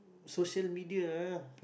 social media ah